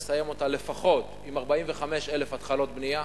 נסיים עם לפחות 45,000 התחלות בנייה,